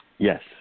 Yes